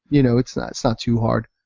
you know it's not it's not too hard,